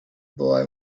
boy